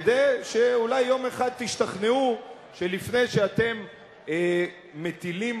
כדי שאולי יום אחד תשתכנעו שלפני שאתם מטילים